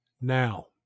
now